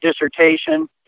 dissertation